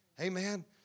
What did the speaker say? Amen